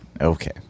Okay